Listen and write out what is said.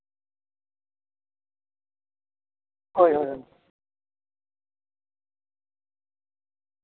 ᱦᱩᱸ ᱦᱩᱸ ᱦᱩᱸ